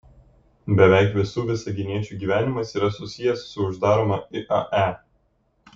beveik visų visaginiečių gyvenimas yra susijęs su uždaroma iae